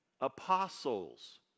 Apostles